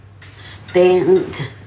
stand